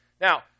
Now